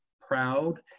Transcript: proud